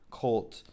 cult